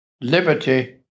liberty